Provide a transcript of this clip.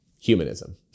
Humanism